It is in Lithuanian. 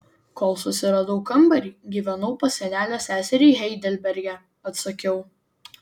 kol susiradau kambarį gyvenau pas senelio seserį heidelberge atsakiau